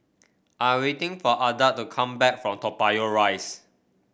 I am waiting for Adda to come back from Toa Payoh Rise